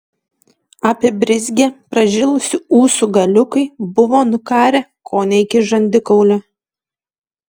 apibrizgę pražilusių ūsų galiukai buvo nukarę kone iki žandikaulių